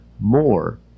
more